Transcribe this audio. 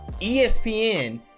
ESPN